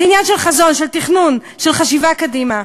זה עניין של חזון, של תכנון, של חשיבה קדימה.